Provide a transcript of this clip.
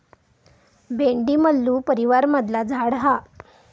भेंडी मल्लू परीवारमधला झाड हा